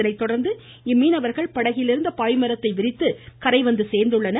இதனைத் தொடர்ந்து இம்மீனவர்கள் படகில் இருந்த பாய்மரத்தை விரித்து கரைவந்து சேர்ந்துள்ளனர்